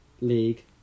league